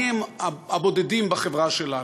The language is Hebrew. מי הם הבודדים בחברה שלנו: